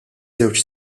żewġ